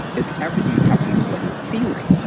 it's everything that's happening at the level of feeling.